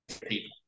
people